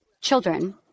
children